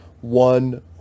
one